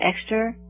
extra